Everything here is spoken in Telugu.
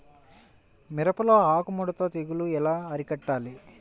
మిరపలో ఆకు ముడత తెగులు ఎలా అరికట్టాలి?